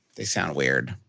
they sound weird.